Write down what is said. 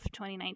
2019